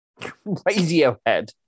Radiohead